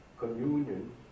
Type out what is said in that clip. communion